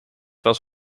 was